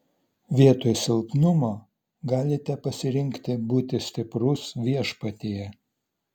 vietoj silpnumo galite pasirinkti būti stiprus viešpatyje